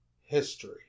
history